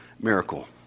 miracle